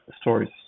stories